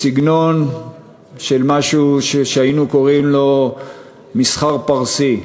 בסגנון של משהו שהיינו קוראים לו מסחר פרסי,